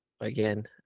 again